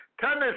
Tennis